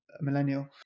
millennial